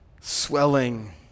swelling